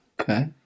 Okay